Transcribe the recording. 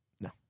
No